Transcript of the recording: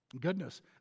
goodness